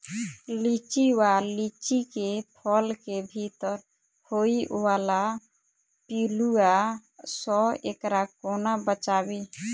लिच्ची वा लीची केँ फल केँ भीतर होइ वला पिलुआ सऽ एकरा कोना बचाबी?